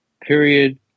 period